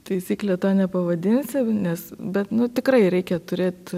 taisykle to nepavadinsi nes bet nu tikrai reikia turėt